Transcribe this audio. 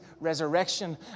resurrection